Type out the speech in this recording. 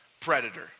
Predator